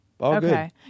Okay